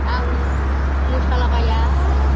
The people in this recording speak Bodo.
आं मोसालाबाया